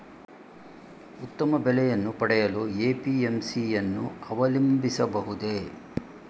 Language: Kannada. ಉತ್ತಮ ಬೆಲೆಯನ್ನು ಪಡೆಯಲು ಎ.ಪಿ.ಎಂ.ಸಿ ಯನ್ನು ಅವಲಂಬಿಸಬಹುದೇ?